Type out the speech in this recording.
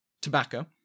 Tobacco –